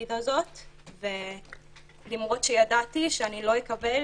התפקיד הזה ולמרות שידעתי שאני לא אקבל